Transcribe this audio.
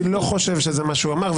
אני לא חושב שזה מה שהוא אמר.